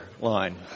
line